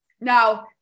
Now